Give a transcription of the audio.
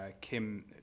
Kim